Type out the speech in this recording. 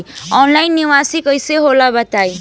Online निवेस कइसे होला बताईं?